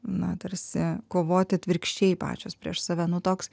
na tarsi kovoti atvirkščiai pačios prieš save nu toks